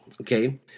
Okay